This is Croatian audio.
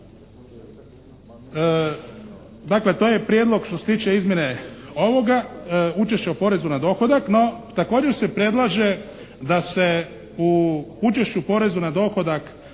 Dakle, to je prijedlog što se tiče izmjene ovoga učešća o porezu na dohodak. No, također se predlaže da se u učešću porezu na dohodak